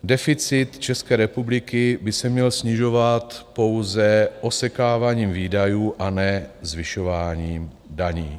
Deficit České republiky by se měl snižovat pouze osekáváním výdajů a ne zvyšováním daní.